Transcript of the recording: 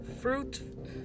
fruit